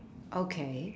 okay